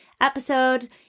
episode